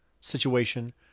situation